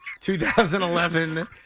2011